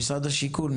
ממשרד השיכון,